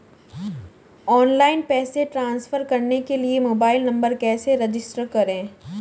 Online पैसे transfer करने के लिए मोबाइल नंबर कैसे रजिस्टर करें?